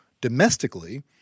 domestically